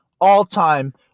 all-time